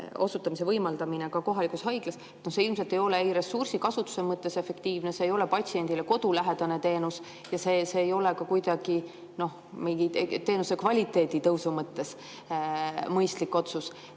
osutamise võimaldamine ka kohalikus haiglas ei ole ressursikasutuse mõttes ilmselt efektiivne, see ei ole patsiendile kodulähedane teenus ja see ei ole ka kuidagi teenuse kvaliteedi tõusu mõttes mõistlik otsus.